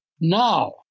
Now